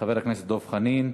חבר הכנסת דב חנין.